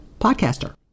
podcaster